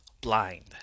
blind